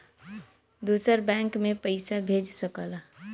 दूसर बैंक मे पइसा भेज सकला